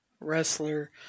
wrestler